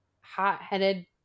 hot-headed